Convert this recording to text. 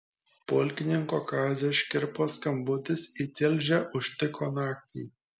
pulkininko kazio škirpos skambutis į tilžę užtiko naktį